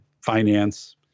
finance